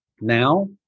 now